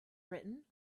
written